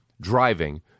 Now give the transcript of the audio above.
driving